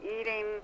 eating